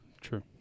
True